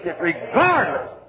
regardless